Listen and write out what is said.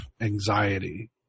anxiety